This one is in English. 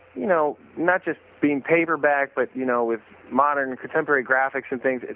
you know, not just being paperback but you know with modern contemporary graphics and things,